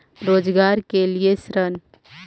रोजगार के लिए ऋण?